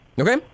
Okay